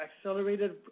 accelerated